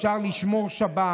אפשר לשמור שבת.